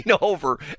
over